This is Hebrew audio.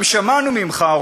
גם שמענו ממך,